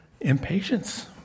impatience